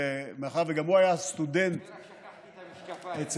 ומאחר שגם הוא היה סטודנט אצל,